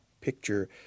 picture